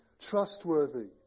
trustworthy